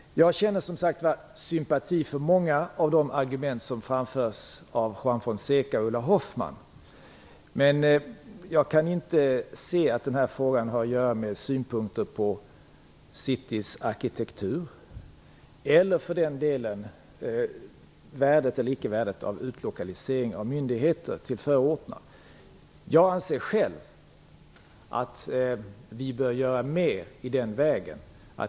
Jag känner som sagt sympati för många av de argument som framförs av Juan Fonseca och Ulla Hoffmann. Men jag kan inte se att den här frågan har att göra med synpunkter på citys arkitektur eller för den delen värdet eller icke värdet av utlokalisering av myndigheter till förorterna. Jag anser själv att vi bör göra mer i den vägen.